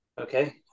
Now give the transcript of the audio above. Okay